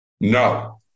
No